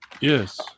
Yes